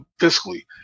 fiscally